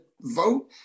vote